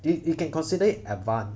it it can consider it advan~